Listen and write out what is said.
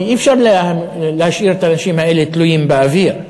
כי אי-אפשר להשאיר את האנשים האלה תלויים באוויר.